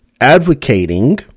advocating